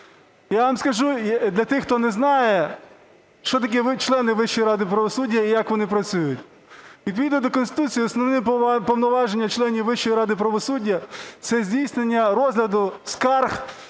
Я вам скажу, для тих, хто не знає, що таке члени Вищої ради правосуддя і як вони працюють. Відповідно до Конституції основні повноваження членів Вищої ради правосуддя – це здійснення розгляду скарг